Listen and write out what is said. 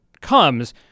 comes